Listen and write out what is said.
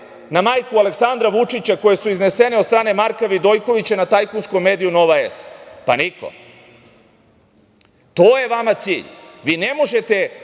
na majku Aleksandra Vučića koje su iznesene od strane Marka Vidojkovića na tajkunskom mediju "Nova S"? Pa, niko. To je vama cilj. Vi ne možete